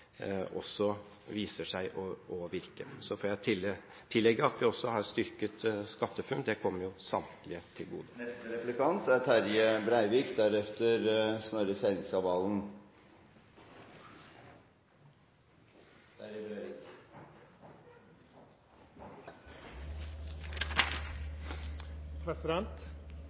også viser seg å virke. Så får jeg tillegge at vi også har styrket SkatteFUNN, og det kommer samtlige til gode. Ein viktig grunn til at Venstre har valt å leggja fram eit eige budsjettforslag i år, som tidlegare i opposisjon, er